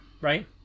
right